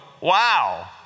wow